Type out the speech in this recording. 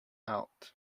out